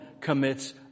commits